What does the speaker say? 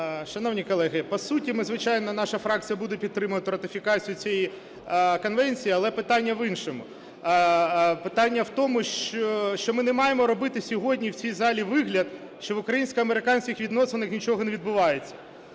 Шановні колеги, по суті, ми, звичайно, наша фракція буде підтримувати ратифікацію цієї конвенції. Але питання в іншому. Питання в тому, що ми не маємо робити сьогодні в цій залі вигляд, що в українсько-американських відносинах нічого не відбувається.